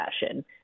fashion